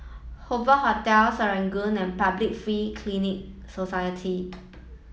Hoover Hotel Serangoon and Public Free Clinic Society